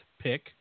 pick